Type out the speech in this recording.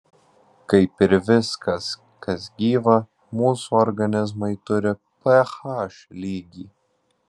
kaip ir viskas kas gyva mūsų organizmai turi ph lygį